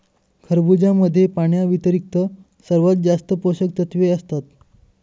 खरबुजामध्ये पाण्याव्यतिरिक्त सर्वात जास्त पोषकतत्वे असतात